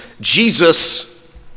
Jesus